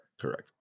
Correct